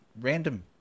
random